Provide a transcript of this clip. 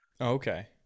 Okay